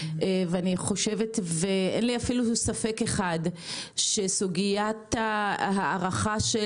ואין לי ספק אחד שסוגיית ההארכה של